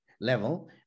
level